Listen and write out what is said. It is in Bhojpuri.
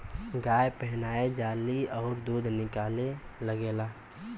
गाय पेनाहय जाली अउर दूध निकले लगेला